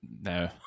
no